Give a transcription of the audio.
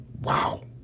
Wow